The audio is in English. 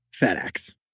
FedEx